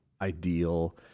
ideal